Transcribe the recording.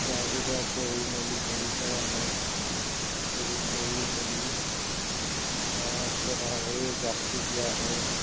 যা যোগাৰ কৰি মেলি হেৰি কৰা হয় এইবোৰ কৰি মেলি তাৰপিছত আৰু সেই জাগটো দিয়া হয়